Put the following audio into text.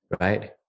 right